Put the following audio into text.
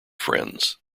friends